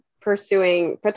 pursuing